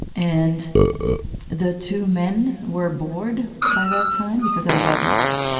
and the two men were bored by that time because i wasn't,